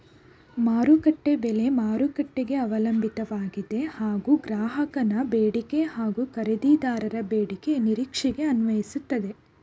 ಮಾರುಕಟ್ಟೆ ಬೆಲೆ ಮಾರುಕಟ್ಟೆಗೆ ಅವಲಂಬಿತವಾಗಿದೆ ಹಾಗೂ ಗ್ರಾಹಕನ ಬೇಡಿಕೆ ಹಾಗೂ ಖರೀದಿದಾರರ ಬೆಲೆ ನಿರೀಕ್ಷೆಗೆ ಅನ್ವಯಿಸ್ತದೆ